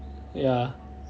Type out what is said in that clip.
ya